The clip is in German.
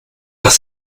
nach